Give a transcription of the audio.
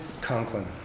Conklin